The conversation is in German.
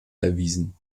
erwiesen